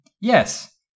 yes